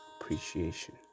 appreciation